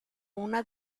una